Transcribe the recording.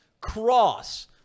Cross